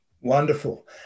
Wonderful